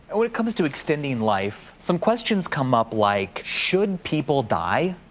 and when it comes to extending life, some questions come up, like should people die?